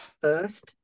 first